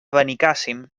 benicàssim